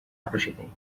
نپوشیدین